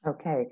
Okay